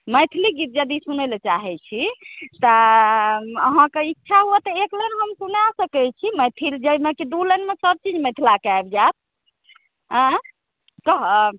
मैथिली गीत यदि सुनैलए चाहै छी तऽ अहाँके इच्छा हुअए तऽ एक बेर हम सुना सकै छी मैथिली जाहिमे कि दू लाइनमे सभ किछ मिथिलाके आबि जाएत अँए कहब